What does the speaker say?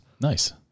Nice